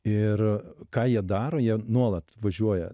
ir ką jie daro jie nuolat važiuoja